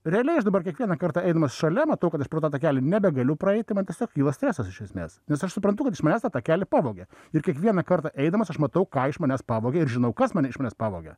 realiai aš dabar kiekvieną kartą eidamas šalia matau kad aš pro tą takelį nebegaliu praeiti man tiesiog kyla stresas iš esmės nes aš suprantu kad iš manęs tą takelį pavogė ir kiekvieną kartą eidamas aš matau ką iš manęs pavogė ir žinau kas mane iš manęs pavogė